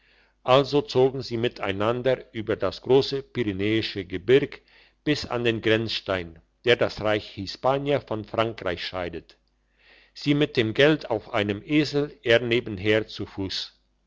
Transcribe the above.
also zogen sie miteinander über das grosse pyrenäische gebirg bis an den grenzstein der das reich hispania von frankreich scheidet sie mit dem geld auf einem esel er nebenher zu fuss